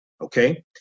okay